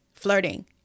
flirting